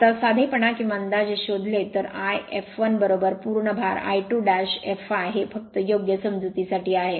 आता साधेपणा किंवा अंदाजे शोधले तर I fl पूर्ण भार I2 fl हे फक्त योग्य समजुतीसाठी आहे